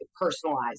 personalized